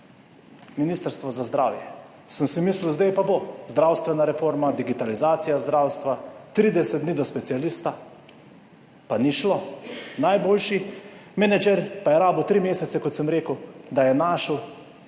Ministrstvo za zdravje, sem si mislil, zdaj pa bo zdravstvena reforma, digitalizacija zdravstva, 30 dni do specialista, pa ni šlo. Najboljši menedžer pa je rabil tri mesece, kot sem rekel, da je našel